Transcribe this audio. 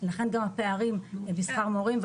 לכן גם הפערים בשכר המורים,